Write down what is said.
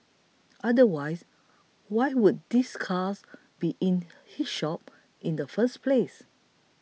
otherwise why would these cars be in his shop in the first place